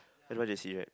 n_y j_c right